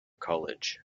college